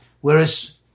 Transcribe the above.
Whereas